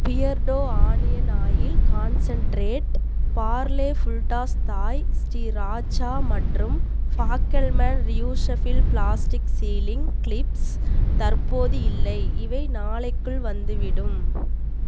Beardo onion oil concentrate Parle Fulltoss Thai Sriracha மற்றும் Fackelmann reusable plastic sealing clips தற்போது இல்லை இவை நாளைக்குள் வந்துவிடும்